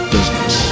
Business